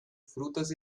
frutas